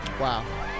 Wow